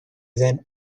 then